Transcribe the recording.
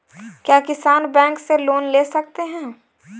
क्या किसान बैंक से लोन ले सकते हैं?